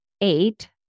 eight